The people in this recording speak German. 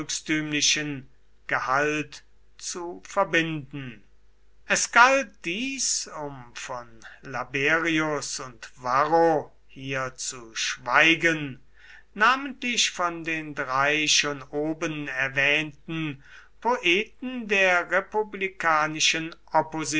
gehalt zu verbinden es galt dies um von laberius und varro hier zu schweigen namentlich von den drei schon oben erwähnten poeten der republikanischen